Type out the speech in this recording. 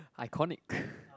iconic